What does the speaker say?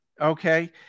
okay